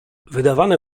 wydawane